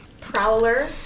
Prowler